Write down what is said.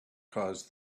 caused